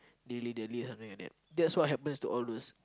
dilly dally something like that this is what happens to all those